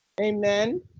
Amen